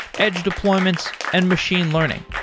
edge deployments and machine learning.